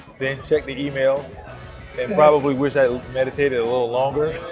then check the emails and probably wish i'd meditated a little longer.